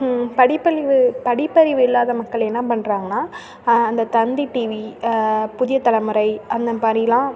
படிப்பறிவு படிப்பறிவு இல்லாத மக்கள் என்ன பண்றாங்கன்னால் அந்த தந்தி டிவி புதிய தலைமுறை அந்த மாதிரிலாம்